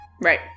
Right